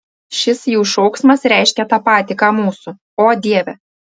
šis jų šauksmas reiškia tą patį ką mūsų o dieve